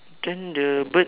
then the bird